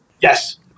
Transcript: Yes